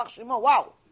wow